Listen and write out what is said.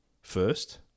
first